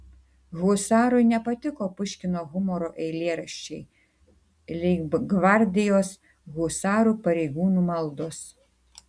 husarui nepatiko puškino humoro eilėraščiai leibgvardijos husarų pareigūnų maldos